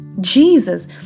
Jesus